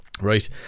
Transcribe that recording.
right